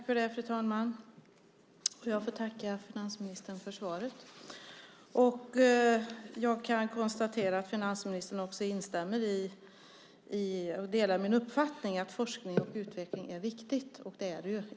Fru talman! Jag får tacka finansministern för svaret. Jag kan konstatera att finansministern delar min uppfattning att forskning och utveckling är viktigt. Det är det ju.